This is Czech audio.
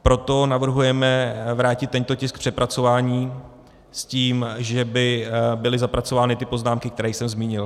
Proto navrhujeme vrátit tento tisk k přepracování s tím, že by byly zapracovány ty poznámky, které jsem zmínil.